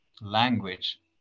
language